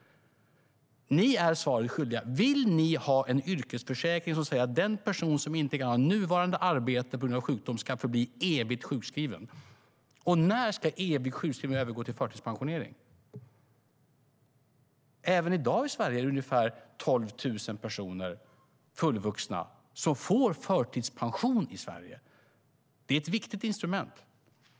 Ni är svaret skyldiga: Vill ni ha en yrkesförsäkring som säger att den person som inte kan ha nuvarande arbete på grund av sjukdom ska förbli evigt sjukskriven? När ska evig sjukskrivning övergå i förtidspensionering? Även i dag i Sverige är det ungefär 12 000 fullvuxna personer som får förtidspension i Sverige. Det är ett viktigt instrument.